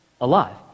alive